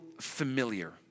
familiar